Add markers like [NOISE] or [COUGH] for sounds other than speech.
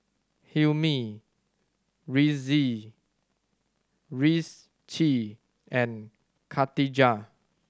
Hilmi [UNINTELLIGIBLE] Rizqi and Katijah